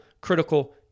critical